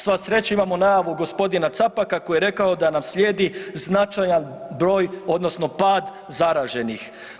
Sva sreća imamo najavu g. Capaka koji je rekao da nam slijedi značajan broj odnosno pad zaraženih.